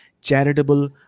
charitable